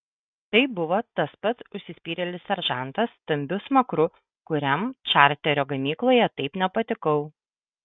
tai buvo tas pats užsispyrėlis seržantas stambiu smakru kuriam čarterio gamykloje taip nepatikau